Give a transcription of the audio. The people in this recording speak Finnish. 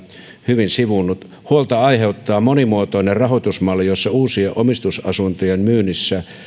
hyvin sivunnut huolta aiheuttaa uusimuotoinen rahoitusmalli jossa uusien omistusasuntojen myynnissä